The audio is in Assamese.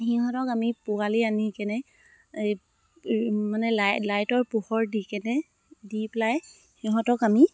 সিহঁতক আমি পোৱালি আনি কেনে এই মানে ল লাইটৰ পোহৰ দি কেনে দি পেলাই সিহঁতক আমি